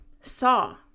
saw